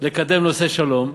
לקדם את נושא השלום,